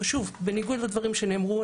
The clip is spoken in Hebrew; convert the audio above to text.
בניגוד לדברים שנאמרו,